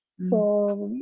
so.